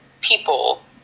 people